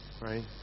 right